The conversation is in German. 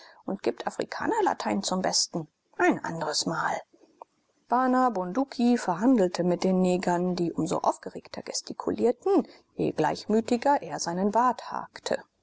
und gibt afrikanerlatein zum besten ein andres mal bana bunduki verhandelte mit den negern die um so aufgeregter gestikulierten je gleichmütiger er seinen bart harkte